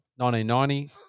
1990